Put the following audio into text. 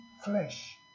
flesh